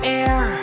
air